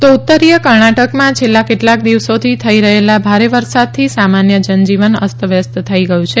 તો ઉત્તરીય કર્ણાટકમાં છેલ્લા કેટલાક દિવસોથી થઈ રહેલા ભારે વરસાદથી સામાન્ય જનજીવન અસ્તવ્યસ્ત થઈ ગયું છે